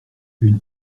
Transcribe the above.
une